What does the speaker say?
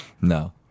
No